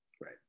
right